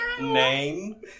Name